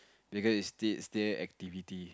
because it's still still activity